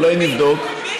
אולי נבדוק?